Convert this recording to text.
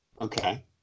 Okay